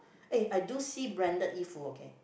eh I do see branded 衣服 okay